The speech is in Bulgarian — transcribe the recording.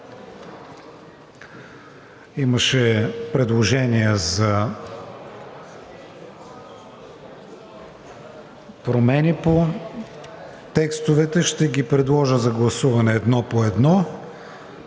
Имаше предложения за промени в текстовете и ще ги предложа за гласуване едно по едно,